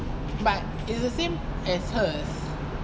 but is the same as hers